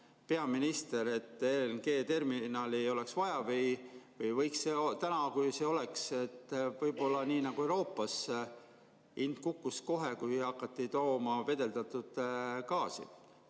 peaminister, et LNG terminali ei oleks vaja? Või võiks täna, kui see oleks, [olla] nii nagu Euroopas, et hind kukkus kohe, kui hakati tooma vedeldatud gaasi?